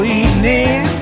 evening